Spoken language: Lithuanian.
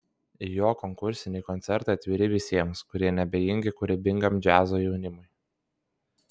jo konkursiniai koncertai atviri visiems kurie neabejingi kūrybingam džiazo jaunimui